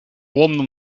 ułomną